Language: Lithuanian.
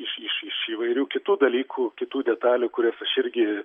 iš iš iš įvairių kitų dalykų kitų detalių kurias aš irgi